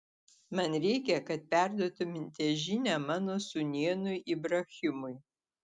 man reikia kad perduotumėte žinią mano sūnėnui ibrahimui